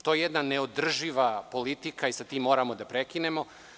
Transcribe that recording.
To je jedna neodrživa politika i sa time moramo da prekinemo.